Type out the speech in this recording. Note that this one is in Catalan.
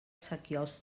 sequiols